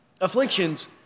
Afflictions